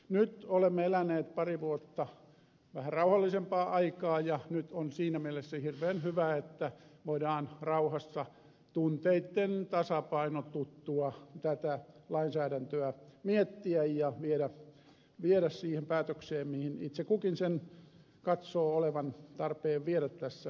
nyt olemme eläneet pari vuotta vähän rauhallisempaa aikaa ja nyt on siinä mielessä hirveän hyvä että voidaan rauhassa tunteitten tasapainotuttua tätä lainsäädäntöä miettiä ja viedä siihen päätökseen mihin itse kukin sen katsoo olevan tarpeen viedä tässä yhteydessä